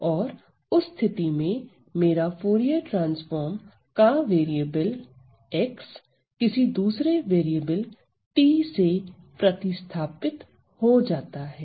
और उस स्थिति में मेरा फूरिये ट्रांसफार्म का वेरिएबल x किसी दूसरे वेरिएबल t से प्रतिस्थापित हो जाता है